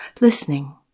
listening